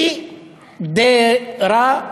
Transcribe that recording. "ח'ידרה",